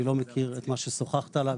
אני לא מכיר את מה שדיברת עליו.